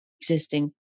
existing